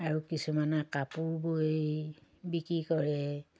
আৰু কিছুমানে কাপোৰ বৈ বিক্ৰী কৰে